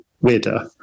weirder